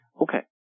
Okay